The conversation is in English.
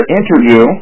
interview